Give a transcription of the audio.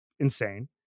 Insane